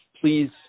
Please